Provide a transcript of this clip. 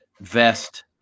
vest